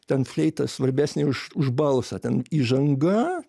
ten fleita svarbesnė už už balsą ten įžanga